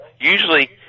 usually